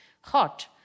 hot